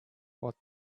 what